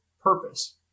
purpose